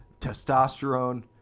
testosterone